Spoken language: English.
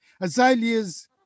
Azaleas